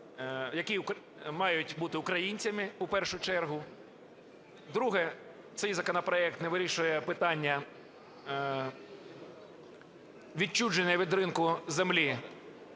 які мають бути українцями у першу чергу. Друге – цей законопроект не вирішує питання відчуження від ринку землі